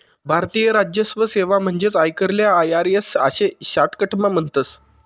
भारतीय राजस्व सेवा म्हणजेच आयकरले आय.आर.एस आशे शाटकटमा म्हणतस